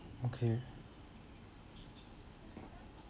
okay